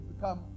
become